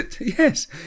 Yes